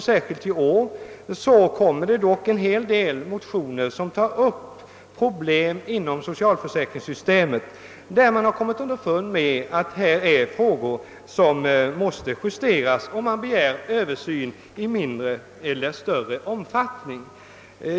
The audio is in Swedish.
Särskilt i år har det kommit en hel del motioner, som tar upp problem inom socialförsäkringssystemet. Man har kommit underfund med att där finns saker som borde justeras, och man begär översyn i större eller mindre omfattning.